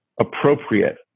appropriate